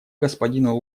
господину